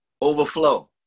overflow